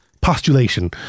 postulation